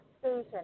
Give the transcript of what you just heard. station